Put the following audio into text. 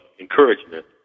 Encouragement